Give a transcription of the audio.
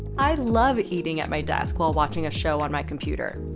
i love eating at my desk while watching a show on my computer.